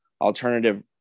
alternative